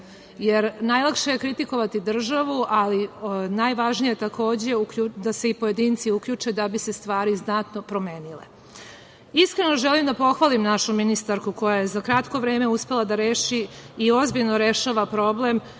jer najlakše je kritikovati državu, ali najvažnije, takođe, je da se i pojedinci uključe da bi se stvari znatno promenile. Iskreno želim da pohvalim našu ministarku koja je za kratko vreme uspela da reši i ozbiljno rešava problem